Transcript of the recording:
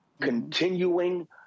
continuing